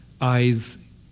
eyes